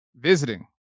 visiting